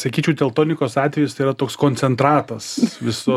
sakyčiau teltonikos atvejis tai yra toks koncentratas viso